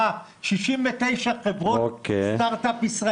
האם המשרד של גברתי השרה